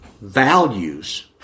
values